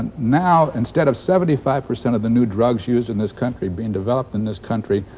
and now, instead of seventy five percent of the new drugs used in this country being developed in this country,